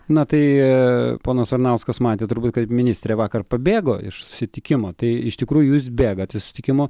na tai ponas varanauskas matė turbūt kad ministrė vakar pabėgo iš susitikimo tai iš tikrųjų jūs bėgat iš susitikimo